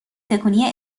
تکونی